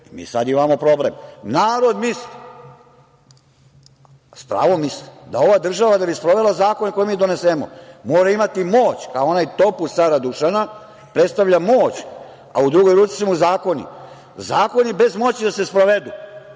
Mi sad imamo problem. Narod misli, s pravom misli, da ova država da bi sprovela zakone koje mi donesemo mora imati moć, kao onaj topuz cara Dušana, predstavlja moć, a u drugoj ruci su mu zakoni. Zakoni bez moći da se sprovedu